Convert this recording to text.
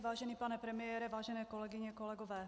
Vážený pane premiére, vážené kolegyně, kolegové.